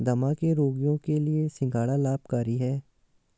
दमा के रोगियों के लिए सिंघाड़ा लाभकारी है